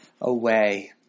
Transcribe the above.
away